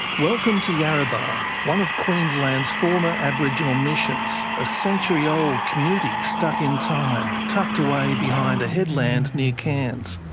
welcome to yarrabah, one of queensland's former aboriginal missions, a century-old community stuck in time, tucked away behind a headland near cairns.